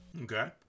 Okay